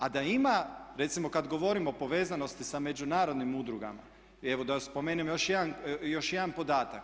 A da ima, recimo kad govorimo o povezanosti sa međunarodnim udrugama i evo da spomenem još jedan podatak.